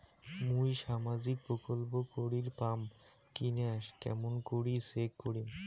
মুই সামাজিক প্রকল্প করির পাম কিনা কেমন করি চেক করিম?